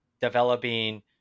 developing